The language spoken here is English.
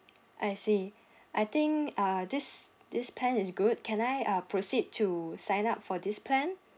I see I think uh this this plan is good can I uh proceed to sign up for this plan